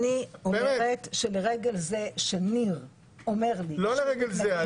אני אומרת שלרגל זה שניר אומר לי שהוא מתנגד לזה --- לא לרגל זה.